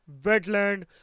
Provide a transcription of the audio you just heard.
wetland